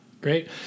Great